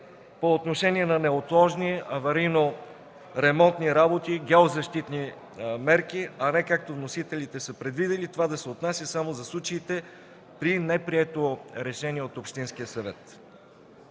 по отношение на неотложни аварийно-ремонтни работи, геозащитни мерки, а не както вносителите са предвидили – това да се отнася само в случаите при неприето решение от общинския съвет.